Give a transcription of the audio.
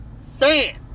fan